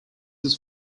his